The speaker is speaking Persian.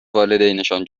والدینشان